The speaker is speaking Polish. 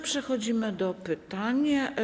Przechodzimy do pytań.